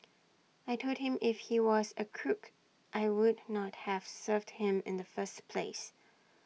I Told him if he was A crook I would not have served him in the first place